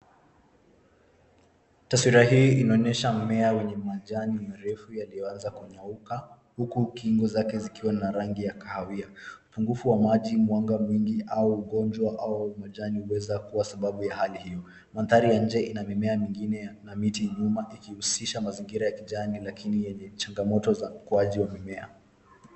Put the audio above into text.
Taswira hii inaonyesha mimea wenye majani marefu yaliyoanza kunyauka, huku kingo zake zikiwa na rangi ya kahawia. Upungufu wa maji, mwanga mwingi au ugonjwa au majani huweza kuwa sababu ya hali hiyo. Mandhari ya inje ina mimea mingine na miti nyuma ikihusisha mazingira ya kijani lakini yenye changamoto za ukuaji wa mimea.